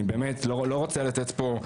אני באמת לא רוצה לתת פה.